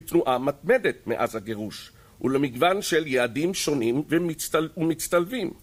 תנועה מתמדת מאז הגירוש ולמגוון של יעדים שונים ומצטלבים